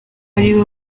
ariwe